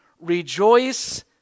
Rejoice